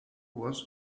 was